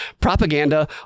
propaganda